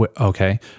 Okay